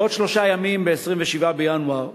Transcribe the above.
בעוד שלושה ימים, ב-27 בינואר,